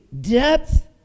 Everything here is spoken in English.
depth